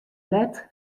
let